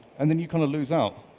and then you kind of lose out.